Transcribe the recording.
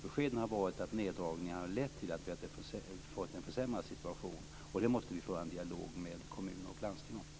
Beskeden har varit att neddragningarna har lett till en försämrad situation. Vi måste föra en dialog med kommun och landsting om det.